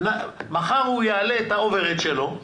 מחר הוא יעלה את ה-אובר אייג' שלו,